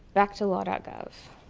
back to law ah gov.